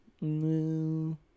No